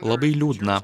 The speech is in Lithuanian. labai liūdna